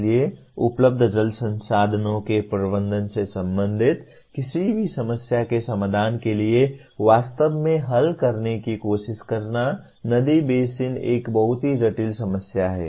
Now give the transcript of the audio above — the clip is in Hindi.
इसलिए उपलब्ध जल संसाधनों के प्रबंधन से संबंधित किसी भी समस्या के समाधान के लिए वास्तव में हल करने की कोशिश करना नदी बेसिन एक बहुत ही जटिल समस्या है